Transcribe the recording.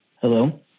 Hello